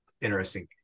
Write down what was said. interesting